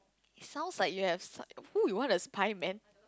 sounds like you have who you wanna spy man